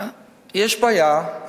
יש בעיה.